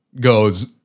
goes